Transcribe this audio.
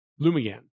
Lumigan